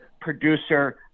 producer